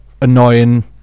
annoying